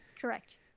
Correct